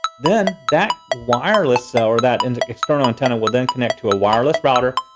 then that wireless though, or that and external antenna, will then connect to a wireless router,